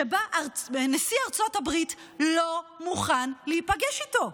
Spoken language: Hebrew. שבה נשיא ארצות הברית לא מוכן להיפגש איתו.